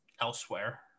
elsewhere